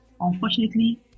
Unfortunately